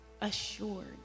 assured